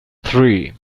three